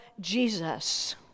Jesus